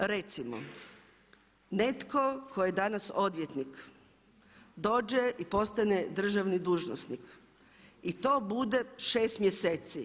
Recimo netko tko je danas odvjetnik dođe i postane državni dužnosnik, i to bude 6 mjeseci.